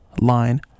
Line